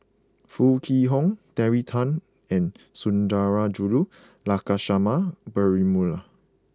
Foo Kwee Horng Terry Tan and Sundarajulu Lakshmana Perumal